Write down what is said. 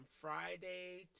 Friday